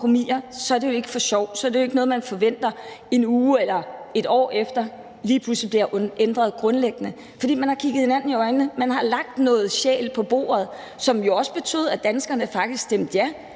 er det jo ikke for sjov. Så er det jo ikke noget, man forventer en uge eller et år efter lige pludselig bliver ændret grundlæggende. For man har kigget hinanden i øjnene, man har lagt noget sjæl på bordet, hvilket jo også betød, at danskerne faktisk stemte ja